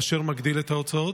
אשר מגדיל את ההוצאות?